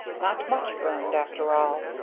not much burned after all.